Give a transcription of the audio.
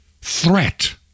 threat